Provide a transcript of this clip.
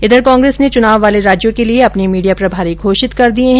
इधर कांग्रेस ने चुनाव वाले राज्यों के लिये अपने मीडिया प्रभारी घोषित कर दिये है